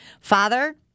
Father